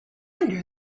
wonder